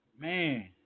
Man